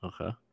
Okay